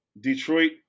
Detroit